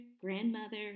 grandmother